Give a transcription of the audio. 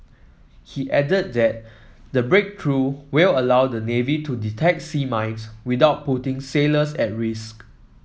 he added that the breakthrough will allow the navy to detect sea mines without putting sailors at risk